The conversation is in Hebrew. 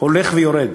הולך ויורד.